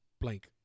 blank